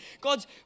God's